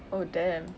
oh damn